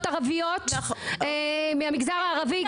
מגדרי): << יור >> גם אם היו משרתות שהן ערביות מהמגזר הערבי,